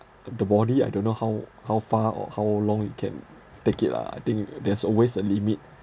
the body I don't know how how far or how long it can take it lah I think there's always a limit